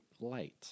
light